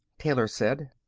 taylor said.